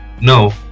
No